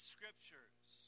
Scriptures